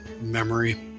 memory